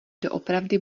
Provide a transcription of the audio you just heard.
doopravdy